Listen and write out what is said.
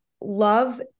love